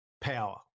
power